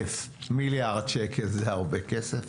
מיליארד שקל זה הרבה כסף.